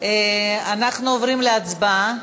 אנחנו עוברים להצבעה.